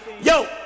Yo